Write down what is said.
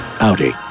Audi